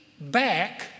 back